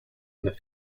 and